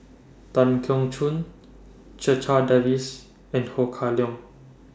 Tan Keong Choon Checha Davies and Ho Kah Leong